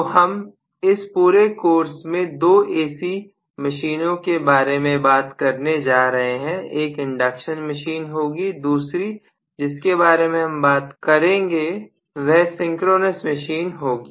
तो हम इस पूरे कोर्स में दो एसी मशीनों के बारे में बात करने जा रहे हैं एक इंडक्शन मशीन होगी दूसरी जिसके बारे में हम बात कर रहे हैं वह सिंक्रोनस मशीन होगी